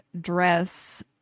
dress